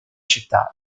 città